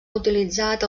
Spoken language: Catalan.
utilitzat